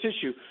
issue